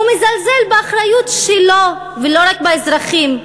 הוא מזלזל באחריות שלו, ולא רק באזרחים.